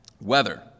weather